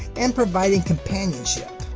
and providing companionship.